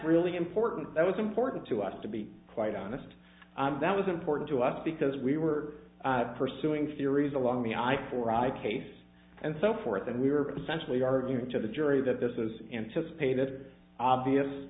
really important that was important to us to be quite honest that was important to us because we were pursuing theories along the i four i case and so forth and we were potentially arguing to the jury that this is anticipated obvious